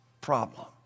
problem